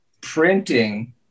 printing